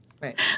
Right